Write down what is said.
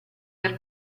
del